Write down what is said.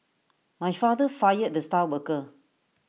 my father fired the star worker